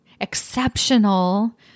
exceptional